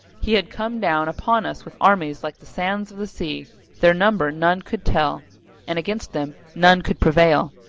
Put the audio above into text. he had come down upon us with armies like the sands of the sea their number none could tell and against them none could prevail.